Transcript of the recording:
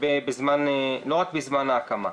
בזמן ההקמה.